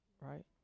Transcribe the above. right